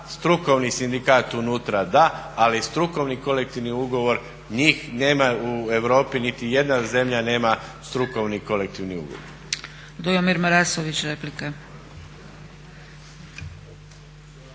strukovni sindikat unutra da, ali strukovni kolektivni ugovor njih nema u Europi, niti jedna zemlja nema strukovni kolektivni ugovor.